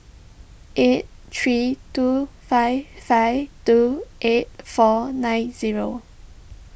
eight three two five five two eight four nine zero